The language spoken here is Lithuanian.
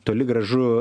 toli gražu